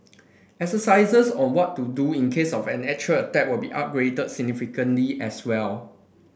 exercises on what to do in case of an actual attack will be upgraded significantly as well